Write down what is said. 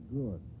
good